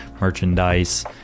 merchandise